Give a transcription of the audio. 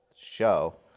show